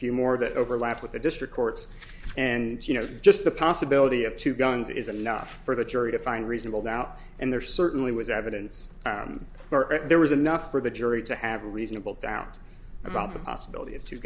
few more that overlap with the district courts and you know just the possibility of two guns is enough for the jury to find reasonable doubt and there certainly was evidence that there was enough for the jury to have reasonable doubt about the possibility of two